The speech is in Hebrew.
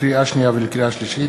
לקריאה שנייה ולקריאה שלישית,